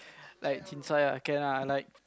like chincai ah can ah like